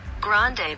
Grande